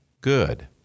good